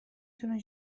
تونه